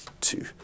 two